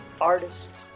artist